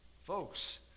Folks